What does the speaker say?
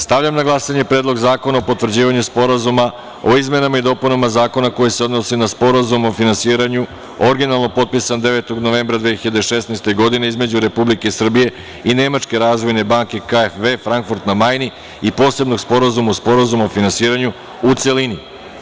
Stavljam na glasanje Predlog zakona o potvrđivanju Sporazuma o izmenama i dopunama zakona, koji se odnosi na Sporazum o finansiranju, originalno potpisan 9. novembra 2016. godine između Republike Srbije i Nemačke razvojne banke „KfW“ Frankfurt na Majni i Posebnog sporazuma uz Sporazum o finansiranju, u celini.